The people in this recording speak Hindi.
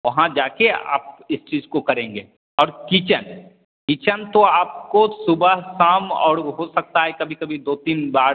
वहाँ जा कर आप इस चीज़ को करेंगे और किचन किचन तो आपको सुबह शाम और हो सकता है कभी कभी दो तीन बार